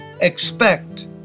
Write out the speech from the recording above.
expect